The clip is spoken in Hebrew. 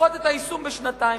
לדחות את היישום בשנתיים.